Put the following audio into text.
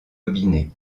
aubigné